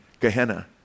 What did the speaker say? Gehenna